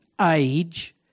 age